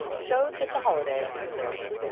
showed that the holiday was over.